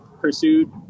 pursued